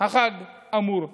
החג אמור להיות.